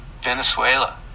Venezuela